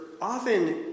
often